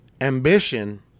Ambition